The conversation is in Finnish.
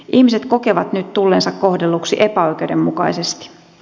ihmiset kokevat nyt tulleensa kohdelluksi epäoikeudenmukaisesti